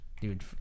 dude